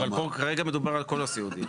אבל פה כרגע מדובר על כל הסיעודיים.